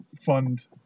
fund